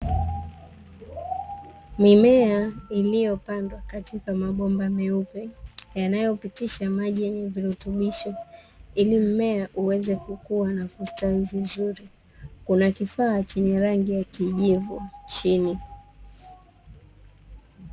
Mimea iliyopandwa katika mabomba meupe yanayopitisha maji yenye virutubisho ili mimea iweze kukua na kustawi vizuri. Kuna kifaa chenye rangi ya kijivu chini.